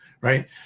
right